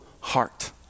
heart